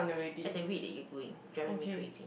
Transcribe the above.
at the rate that you going driving me crazy